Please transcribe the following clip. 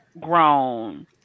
grown